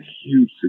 huge